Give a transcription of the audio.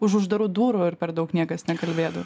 už uždarų durų ir per daug niekas nekalbėdavo